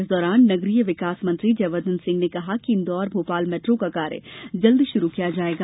इस दौरान नगरीय विकास मंत्री जयवर्द्वन सिंह ने कहा कि इंदौर भोपाल मेट्रो का कार्य जल्द शुरू किया जायेगा